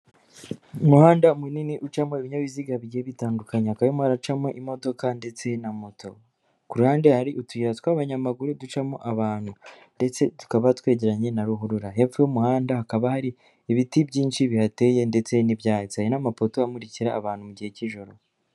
Umuhanda munini ucamo ibinyabiziga bigiye bitandukanya hakaba harimo haracamo imodoka ndetse na moto, ku ruhande hari utuyira tw'abanyamaguru ducamo abantu ndetse tukaba twegeranye na ruhurura, hepfo y'umuhanda hakaba hari ibiti byinshi bihateye ndetse n'ibyatsi hari n'amapoto amurikira abantu mu gihe cy'ijoro.